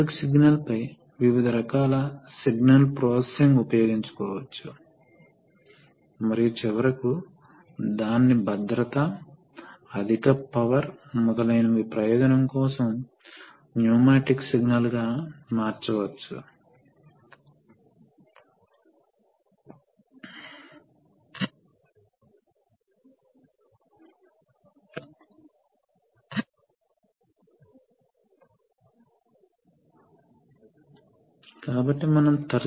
కాబట్టి ట్యాంకుకు పంప్ కు అవసరమైన పవర్ చాలా తక్కువగా ఉంటుంది కాబట్టి రెట్రాక్షన్ సైకిల్ చివరిలో ఇది వేచి ఉన్నప్పుడు ఈ పంప్ అనవసరంగా పవర్ ని ఖర్చు చేయదు కాబట్టి ఇది ఆటోమాటికెల్లి వెంట్ అవుతుంది అటువంటి పద్ధతిలో సర్క్యూట్ తయారుచేయబడినది